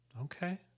Okay